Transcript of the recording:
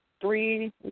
three